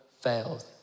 fails